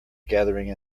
gathering